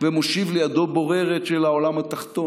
ומושיב לידו בוררת של העולם התחתון,